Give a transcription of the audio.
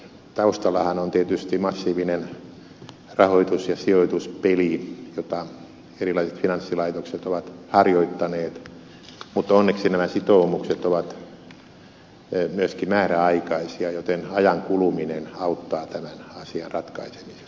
taustallahan on tietysti massiivinen rahoitus ja sijoituspeli jota erilaiset finanssilaitokset ovat harjoittaneet mutta onneksi nämä sitoumukset ovat myöskin määräaikaisia joten ajan kuluminen auttaa tämän asian ratkaisemisessa